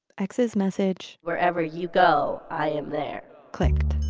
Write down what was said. x's message. wherever you go, i am there. clicked.